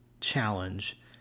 challenge